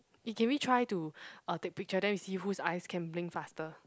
eh can we try to uh take picture then we see who's eyes can blink faster